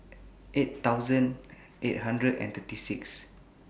eight thousand eight hundred and thirty six